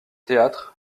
théâtres